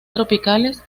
tropicales